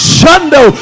Shundo